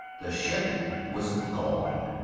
the ship was gone.